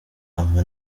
ama